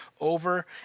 over